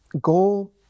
goal